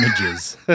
images